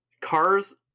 cars